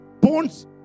bones